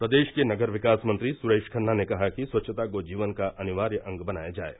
प्रदेश के नगर विकास मंत्री सुरेश खन्ना ने कहा कि स्वच्छता को जीवन का अनिवार्य अंग बनाया जाये